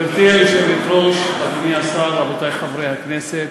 גברתי היושבת-ראש, אדוני השר, רבותי חברי הכנסת,